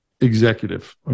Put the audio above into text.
executive